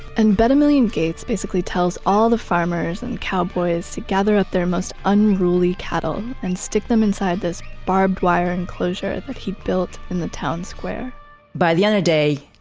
and bet-a-million gates basically tells all the farmers and cowboys to gather up their most unruly cattle and stick them inside this barbed wire enclosure that he built in the town square by the and end